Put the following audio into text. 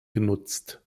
genutzt